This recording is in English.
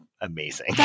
amazing